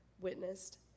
witnessed